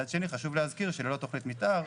מצד שני, חשוב להזכיר שללא תכנית מתאר,